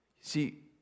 See